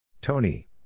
Tony